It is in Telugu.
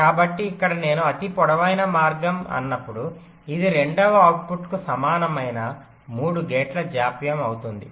కాబట్టి ఇక్కడ నేను అతి పొడవైన మార్గం అన్నపుడు ఇది రెండవ అవుట్పుట్ కు సమానమైన 3 గేట్ల జాప్యం అవుతుంది